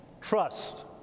trust